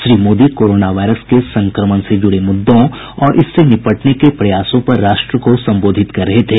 Shri Modi corona virus के संक्रमण से जुड़े मुद्दों और इससे निपटने के प्रयासों पर राष्ट्र को संबोधित कर रहे थे